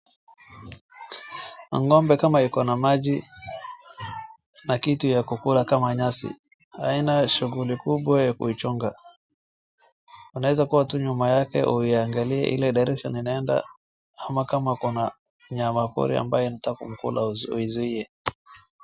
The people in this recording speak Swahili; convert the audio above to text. Ngombe kama iko na maji na kitu ya kukula kama nyasi haina shughuli kubwa ya kuichunga, unaweza kua tu nyuma yake uangalie ile direction inaenda ama kama kuna nyama pori ambaye anataka kumkula uizuie.